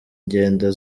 ingendo